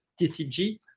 TCG